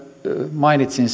mainitsin